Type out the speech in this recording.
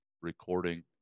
recording